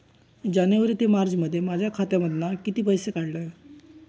जानेवारी ते मार्चमध्ये माझ्या खात्यामधना किती पैसे काढलय?